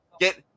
get